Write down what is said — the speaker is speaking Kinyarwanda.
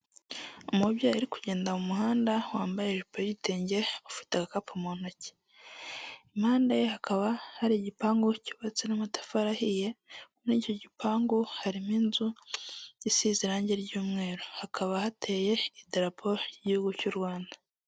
Umubyeyi uri kugenda mu muhanda wambaye ijipo y'igitenge, ufite agakapu mu ntoki. Impande ye hakaba hari igipangu cyubatse n'amatafari ahiye, muri icyo gipangu harimo inzu isize irange ry'umweru. Hakaba hateye idarapo ry'igihugu cy'u Rwanda.